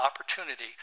opportunity